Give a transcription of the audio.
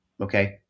Okay